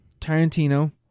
Tarantino